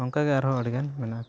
ᱱᱚᱝᱠᱟᱜᱮ ᱟᱨᱦᱚᱸ ᱟᱹᱰᱤᱜᱟᱱ ᱢᱮᱱᱟᱜ ᱠᱟᱜᱼᱟ